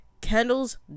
Kendall's